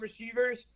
receivers